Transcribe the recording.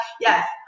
Yes